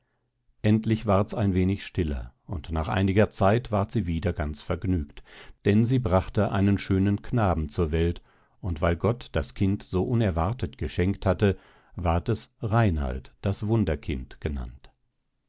endlich wards ein wenig stiller und nach einiger zeit ward sie wieder ganz vergnügt denn sie brachte einen schönen knaben zur welt und weil gott das kind so unerwartet geschenkt hatte ward es reinald das wunderkind genannt